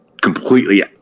completely